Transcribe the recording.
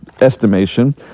estimation